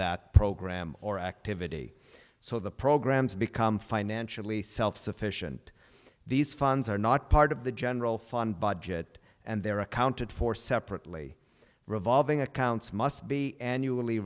that program or activity so the programs become financially self sufficient these funds are not part of the general fund budget and they are accounted for separately revolving accounts must be annually